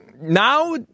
now